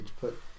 put